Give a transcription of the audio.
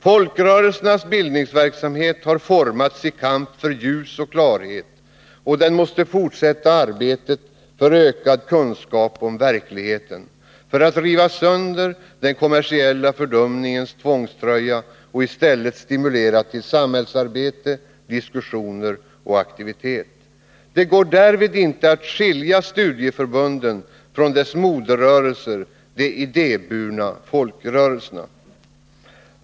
Folkrörelsernas bildningsverksamhet har formats i kamp för ljus och klarhet, och den måste fortsätta arbetet för ökad kunskap om verkligheten — för att riva sönder den kommersiella fördumningens tvångströja och i stället stimulera till samhällsarbete, diskussioner och aktivitet. Det går därvid inte att skilja studieförbunden från deras moderrörelser, de idéburna folkrörelserna.